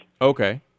Okay